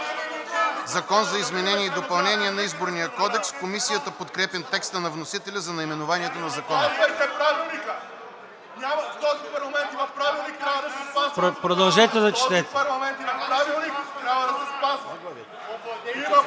Закон за изменение и допълнение на Изборния кодекс. Комисията подкрепя текста на вносителя за наименованието на Закона. (Народният представител